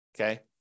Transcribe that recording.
okay